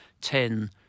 ten